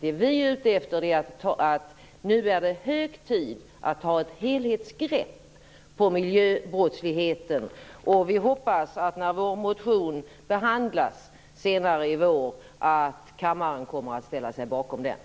Det vi är ute efter är att det nu är hög tid att ta ett helhetsgrepp på miljöbrottsligheten. Vi hoppas att kammaren kommer att ställa sig bakom vår motion när den behandlas senare i vår.